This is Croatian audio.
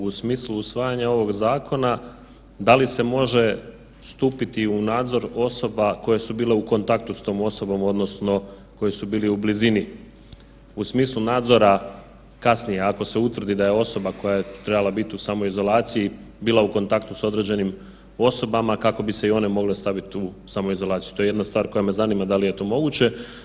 U smislu usvajanja ovog zakona, da li se može stupiti u nadzor osoba koje su bile u kontaktu s tom osobom odnosno koji su bili u blizini u smislu nadzora kasnije ako se utvrdi da je osoba koja je trebala bit u samoizolaciji bila u kontaktu sa određenim osobama kako bi se i one mogle stavit u samoizolaciju, to je jedna stvar koja me zanima da li je to moguće.